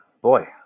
boy